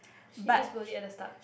she is bully at the start